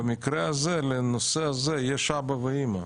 במקרה הזה, לנושא הזה יש אבא ואמא.